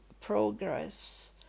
progress